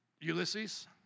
Ulysses